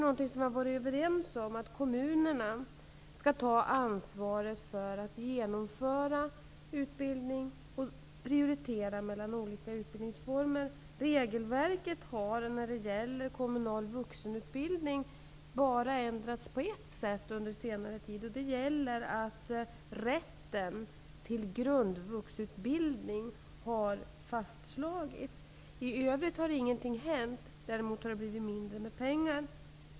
Vi har varit överens om att kommunerna skall ta ansvaret för att genomföra utbildning och prioritera mellan olika utbildningsformer. Regelverket har bara ändrats på ett sätt under senare tid när det gäller kommunal vuxenutbildning. Den ändringen gäller att rätten till grundvuxutbildning har fastlagits. I övrigt har ingenting hänt. Däremot har det blivit mindre pengar.